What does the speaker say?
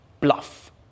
bluff